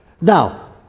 Now